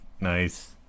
Nice